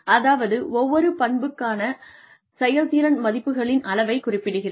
அதாவது ஒவ்வொரு பண்புக்குமான செயல்திறன் மதிப்புகளின் அளவை குறிப்பிடுகிறது